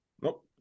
nope